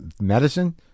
medicine